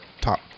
top